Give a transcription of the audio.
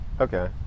Okay